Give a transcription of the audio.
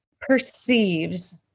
perceives